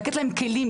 לתת להם כלים,